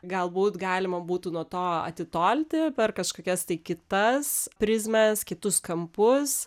galbūt galima būtų nuo to atitolti per kažkokias tai kitas prizmes kitus kampus